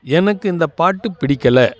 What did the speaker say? எனக்கு இந்த பாட்டு பிடிக்கல